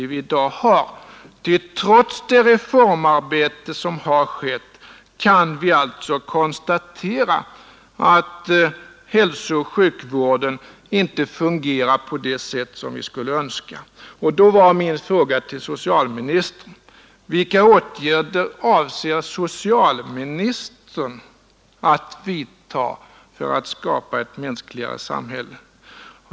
Trots det reformarbete som har skett kan vi konstatera att hälsooch sjukvården inte fungerar på det sätt som vi skulle önska. Min fråga till socialministern blir fortfarande: Vilka åtgärder avser socialministern att vidtaga för att skapa ett mänskligare vårdsamhälle?